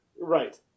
right